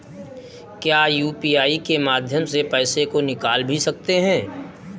क्या यू.पी.आई के माध्यम से पैसे को निकाल भी सकते हैं?